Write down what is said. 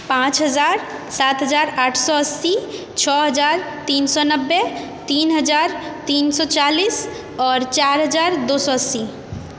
पांँच हजार सात हजार आठ सए अस्सी छओ हजार तीन सए नबे तीन हजार तीन सए चालीस आओर चारि हजार दो सए अस्सी